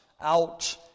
out